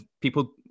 people